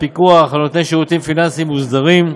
הפיקוח על נותני שירותים פיננסיים מוסדרים,